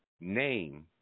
name